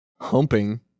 humping